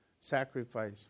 sacrifice